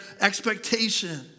expectation